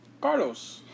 Carlos